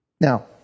Now